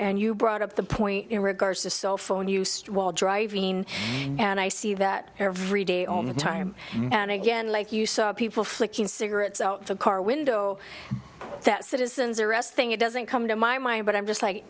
and you brought up the point in regards to cell phone use while driving and i see that every day on time and again like you saw people flicking cigarettes out of a car window that citizens arrest thing it doesn't come to my mind but i'm just